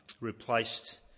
replaced